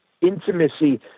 intimacy